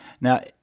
Now